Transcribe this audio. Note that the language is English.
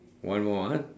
one more ah